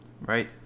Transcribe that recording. right